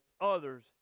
others